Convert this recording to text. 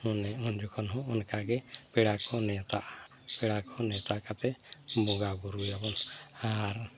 ᱚᱱᱮ ᱩᱱᱡᱚᱠᱷᱚᱱ ᱦᱚᱸ ᱚᱱᱠᱟᱜᱮ ᱯᱮᱲᱟ ᱠᱚ ᱱᱮᱶᱛᱟᱜᱼᱟ ᱯᱮᱲᱟ ᱠᱚ ᱱᱮᱶᱛᱟ ᱠᱟᱛᱮ ᱵᱚᱸᱜᱟ ᱵᱩᱨᱩᱭᱟᱵᱚᱱ ᱟᱨ